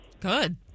Good